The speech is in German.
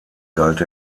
galt